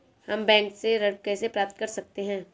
हम बैंक से ऋण कैसे प्राप्त कर सकते हैं?